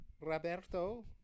roberto